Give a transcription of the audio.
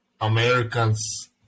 Americans